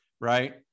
right